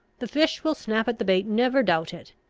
the fish will snap at the bait, never doubt it.